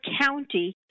County